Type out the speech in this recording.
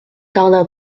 tarda